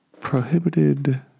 prohibited